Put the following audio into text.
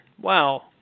Wow